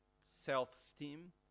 self-esteem